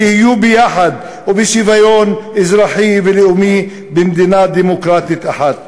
שיחיו ביחד ובשוויון אזרחי ולאומי במדינה דמוקרטית אחת.